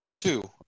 Two